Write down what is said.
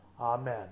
Amen